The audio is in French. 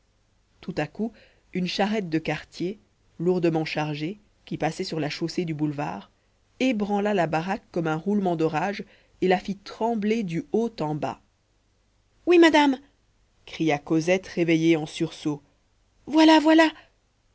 tout à coup une charrette de cartier lourdement chargée qui passait sur la chaussée du boulevard ébranla la baraque comme un roulement d'orage et la fit trembler du haut en bas oui madame cria cosette réveillée en sursaut voilà voilà